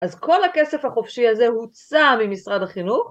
אז כל הכסף החופשי הזה הוצא ממשרד החינוך.